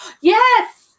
yes